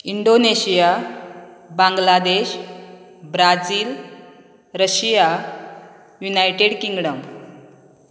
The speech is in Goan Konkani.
Indonesia Bangladesh Brazil Russia United kingdom